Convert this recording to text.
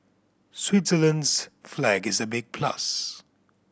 Switzerland's flag is a big plus